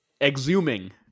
exhuming